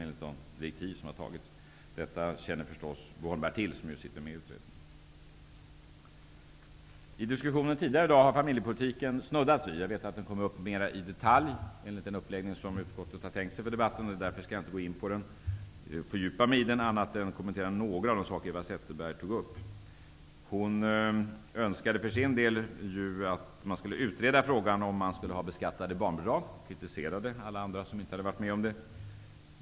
Detta känner förstås Bo Holmberg till, eftersom han sitter med i utredningen. I den debatt som har förts i dag har en del talare snuddat vid familjepolitiken. Jag vet att det ärendet kommer upp mer i detalj senare, enligt den uppläggning som utskottet har tänkt sig för debatten, och jag skall därför inte fördjupa mig i frågan utan bara kommentera några av de saker Eva Zetterberg önskade för sin del att frågan om en beskattning av barnbidragen skulle utredas, och hon kritiserade alla som inte ställde sig bakom tanken.